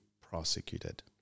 prosecuted